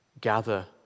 gather